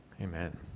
Amen